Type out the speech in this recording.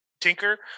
tinker